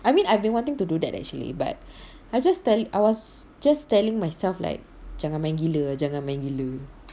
I mean I've been wanting to do that actually but I just telling I was just telling myself like jangan main gila jangan main gila